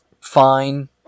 fine